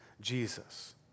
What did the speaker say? Jesus